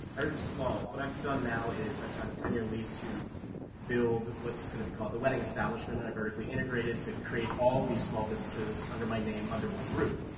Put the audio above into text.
small. what i've done now is i've signed a ten year lease to build what's gonna be called the wedding establishment, and i vertically integrated to create all these small businesses under my name under one roof.